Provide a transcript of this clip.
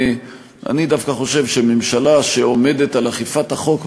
אני דווקא חושב שממשלה שעומדת על אכיפת החוק,